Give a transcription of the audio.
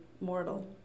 mortal